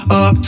up